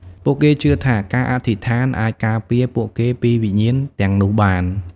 ពួកគេជឿថាការអធិស្ឋានអាចការពារពួកគេពីវិញ្ញាណទាំងនោះបាន។